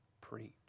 preach